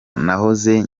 nahoze